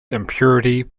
impurity